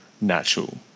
natural